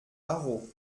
arreau